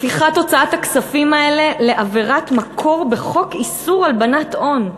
הפיכת הוצאת הכספים האלה לעבירת מקור בחוק איסור הלבנת הון,